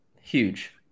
huge